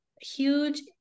huge